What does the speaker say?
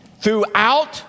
throughout